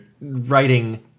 writing